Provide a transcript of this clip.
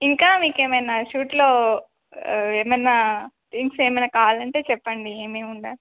ఇంకా మీకేమనా షూట్లో ఏమన్నా థింగ్స్ ఏమైనా కావాలంటే చెప్పండి ఏమేముండ